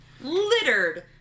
littered